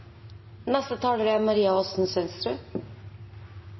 neste taler er